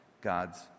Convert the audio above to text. God's